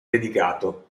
dedicato